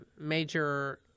major